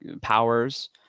powers